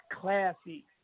classy